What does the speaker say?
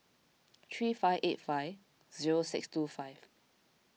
three five eight five zero six two five